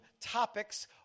topics